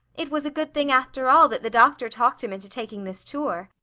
it was a good thing, after all, that the doctor talked him into taking this tour.